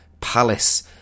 palace